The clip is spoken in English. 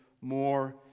more